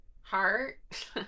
Heart